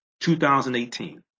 2018